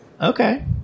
Okay